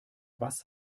was